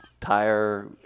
Tire